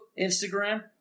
Instagram